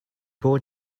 bore